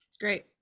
Great